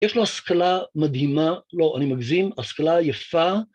יש לו השכלה מדהימה, לא, אני מגזים, השכלה יפה.